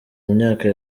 myaka